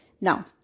Now